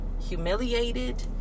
humiliated